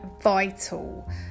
vital